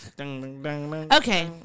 Okay